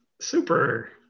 super